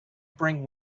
bring